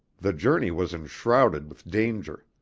the journey was enshrouded with danger.